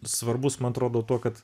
svarbus man atrodo tuo kad